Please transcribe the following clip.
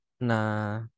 na